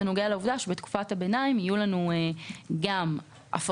זה נוגע לעובדה שבתקופת הביניים יהיו לנו גם הפרות